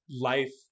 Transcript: life